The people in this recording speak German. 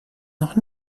noch